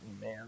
man